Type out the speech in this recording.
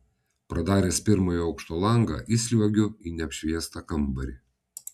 pradaręs pirmojo aukšto langą įsliuogiu į neapšviestą kambarį